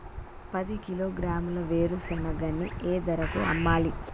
పది కిలోగ్రాముల వేరుశనగని ఏ ధరకు అమ్మాలి?